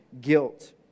guilt